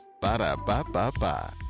Ba-da-ba-ba-ba